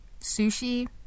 Sushi